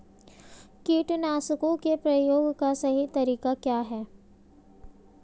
कीटनाशकों के प्रयोग का सही तरीका क्या है?